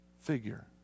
figure